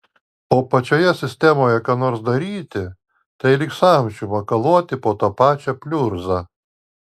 o pačioje sistemoje ką nors daryti tai lyg samčiu makaluoti po tą pačią pliurzą